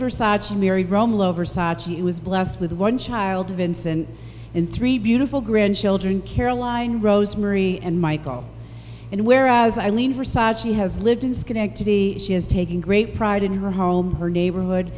versace was blessed with one child vincent and three beautiful grandchildren caroline rosemarie and michael and whereas eileen for saatchi has lived in schenectady she has taken great pride in her home her neighborhood